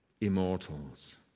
immortals